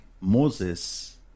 Moses